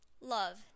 Love